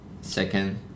second